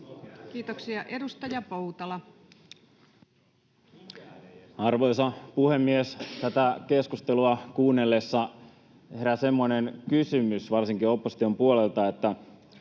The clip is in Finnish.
Time: 10:52 Content: Arvoisa puhemies! Tätä keskustelua kuunnellessa herää semmoinen kysymys varsinkin opposition puolelle,